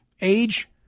Age